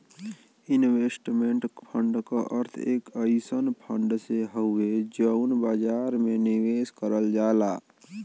investment fund क अर्थ एक अइसन फण्ड से हउवे जौन बाजार में निवेश करल जाला